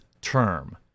term